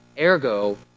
Ergo